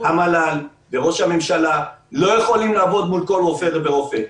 המל"ל וראש הממשלה לא יכולים לעבוד מול כל רופא ורופא.